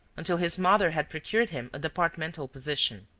until his mother had procured him a departmental position.